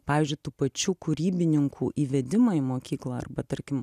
pavyzdžiui tų pačių kuribininkų įvedimą į mokyklą arba tarkim